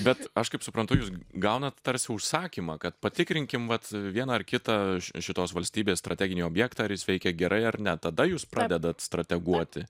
bet aš kaip suprantu jūs gaunat tarsi užsakymą kad patikrinkim vat vieną ar kitą ši šitos valstybės strateginį objektą ar jis veikė gerai ar ne tada jūs pradedat strateguoti